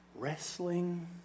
wrestling